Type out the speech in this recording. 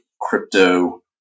crypto